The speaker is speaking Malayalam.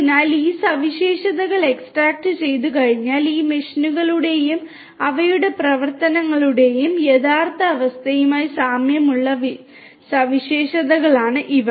അതിനാൽ ഈ സവിശേഷതകൾ എക്സ്ട്രാക്റ്റുചെയ്തുകഴിഞ്ഞാൽ ഈ മെഷീനുകളുടെയും അവയുടെ പ്രവർത്തനങ്ങളുടെയും യഥാർത്ഥ അവസ്ഥയുമായി സാമ്യമുള്ള സവിശേഷതകളാണ് ഇവ